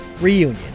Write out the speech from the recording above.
Reunion